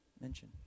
mention